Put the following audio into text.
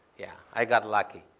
yeah. i got lucky.